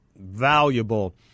valuable